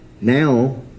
now